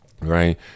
right